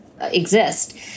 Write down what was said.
exist